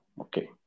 Okay